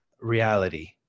reality